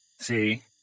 see